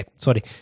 sorry